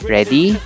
Ready